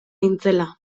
nintzela